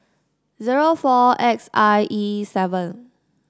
zero four X I E seven